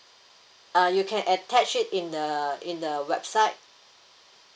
uh you can attach it in the in the website